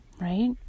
right